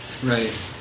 Right